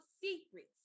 secrets